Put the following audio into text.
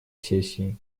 сессии